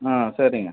ஆ சரிங்க